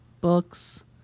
books